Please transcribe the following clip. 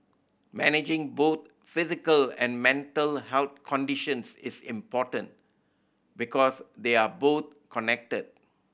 managing both physical and mental health conditions is important because they are both connected